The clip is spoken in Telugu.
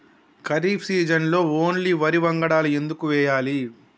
ఖరీఫ్ సీజన్లో ఓన్లీ వరి వంగడాలు ఎందుకు వేయాలి?